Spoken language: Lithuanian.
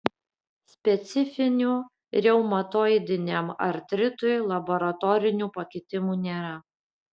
specifinių reumatoidiniam artritui laboratorinių pakitimų nėra